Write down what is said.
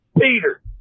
Peter